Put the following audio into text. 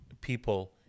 people